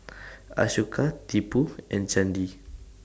Ashoka Tipu and Chandi